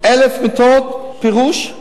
1,000 מיטות, הפירוש,